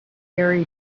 gary